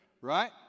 right